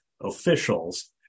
officials